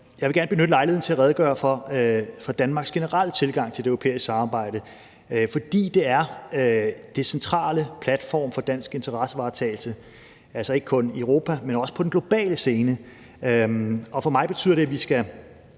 Jeg vil gerne benytte lejligheden til at redegøre for Danmarks generelle tilgang til det europæiske samarbejde, fordi det er den centrale platform for dansk interessevaretagelse, altså ikke kun i Europa, men også på den globale scene. Og for mig betyder det, at vi til